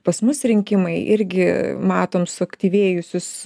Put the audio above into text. pas mus rinkimai irgi matom suaktyvėjusius